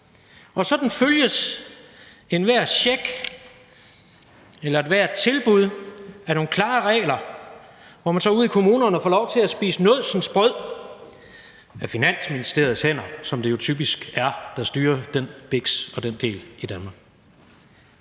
Og sådan følges enhver check eller ethvert tilbud af nogle klare regler, hvor man så ude i kommunerne får lov til at spise nådsensbrød af Finansministeriets hænder, som jo er dem, der typisk styrer den biks og den del i Danmark.